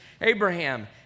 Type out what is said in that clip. Abraham